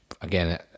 again